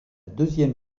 deuxième